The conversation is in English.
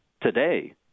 today